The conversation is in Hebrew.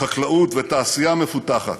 חקלאות ותעשייה מפותחת.